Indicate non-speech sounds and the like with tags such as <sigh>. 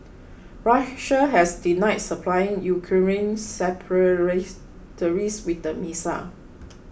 Russia has denied supplying Ukrainian <unintelligible> with the missile